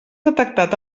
detectat